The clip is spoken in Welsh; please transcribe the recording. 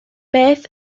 beth